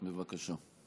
בבקשה.